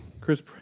Chris